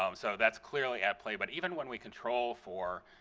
um so that's clearly at play. but even when we control for